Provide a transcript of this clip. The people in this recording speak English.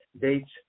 dates